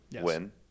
win